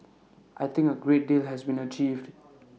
I think A great deal has been achieved